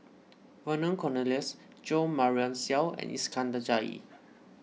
Vernon Cornelius Jo Marion Seow and Iskandar Jalil